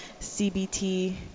CBT